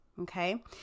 Okay